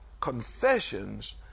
confessions